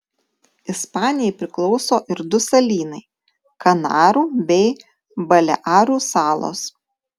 ispanijai priklauso ir du salynai kanarų bei balearų salos